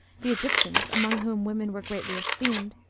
the egyptians, among whom women were greatly esteemed,